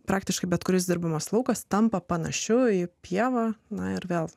praktiškai bet kuris dirbamas laukas tampa panašiu į pievą na ir vėl